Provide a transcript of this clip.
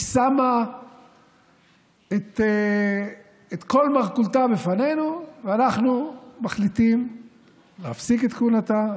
היא שמה את כל מרכולתה לפנינו ואנחנו מחליטים להפסיק את כהונתה,